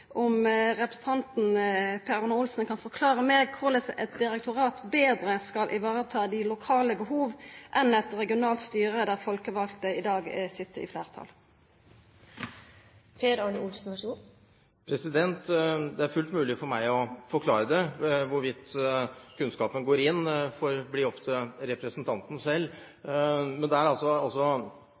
om representanten Per Arne Olsen kan forklara meg korleis eit direktorat betre skal kunna sikra dei lokale behova enn eit regionalt styre der folkevalde i dag sit i fleirtal? Det er fullt mulig for meg å forklare det. Hvorvidt kunnskapen går inn, får bli opp til representanten selv. Men